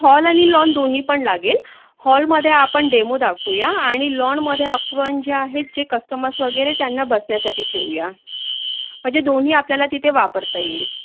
hall आणि lawn दोन्ही पण लागेल हॉळमध्ये आपण डेमो दाखवूया आणि लॉणमध्ये आपण जे आहे जे कस्टमर्स वगैरे त्यांना बसण्यासाठी ठेवूया म्हणजे दोन्ही आपल्याला तिथे वापरता येईल